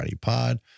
pod